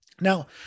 Now